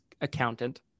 accountant